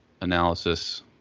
analysis